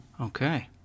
Okay